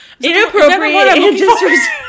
Inappropriate